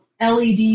LED